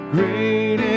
Great